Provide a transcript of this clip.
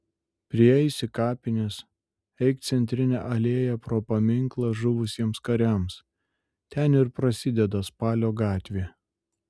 prieisi kapines eik centrine alėja pro paminklą žuvusiems kariams ten ir prasideda spalio gatvė